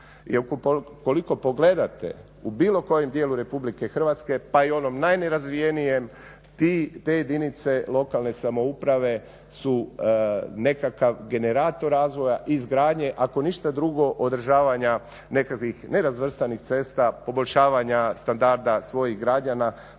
ukoliko pogledate u bilo kojem dijelu RH pa i onom najnerazvijenijem te jedinice lokalne samouprave su nekakav generator razvoja, izgradnje ako ništa drugo održavanja nekakvih nerazvrstanih cesta, poboljšavanja standarda svojih građana